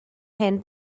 hyn